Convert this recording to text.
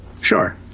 Sure